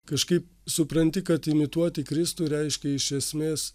kažkaip supranti kad imituoti kristų reiškia iš esmės